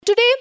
Today